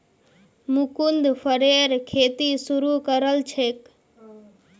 मुकुन्द फरेर खेती शुरू करल छेक